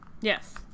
Yes